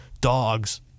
Dogs